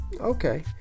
Okay